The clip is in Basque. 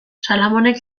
salamonek